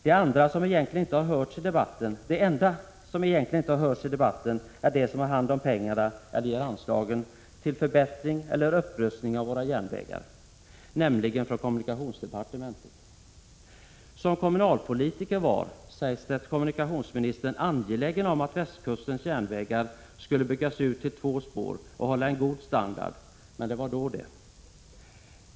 De enda som egentligen inte har hörts i debatten är de som har hand om pengarna och ger anslagen till förbättring eller upprustning av våra järnvägar, nämligen folk från kommunikationsdepartementet. Som kommunalpolitiker var, sägs det, kommunikationsministern angelägen om att västkustens järnvägar skulle byggas ut till två spår och hålla en god standard. Men det var då, det...